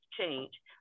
change